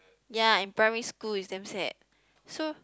ya in primary school is damn sad so